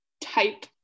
type